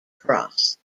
cross